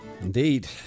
Indeed